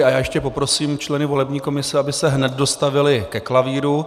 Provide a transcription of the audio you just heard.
A ještě poprosím členy volební komise, aby se hned dostavili ke klavíru.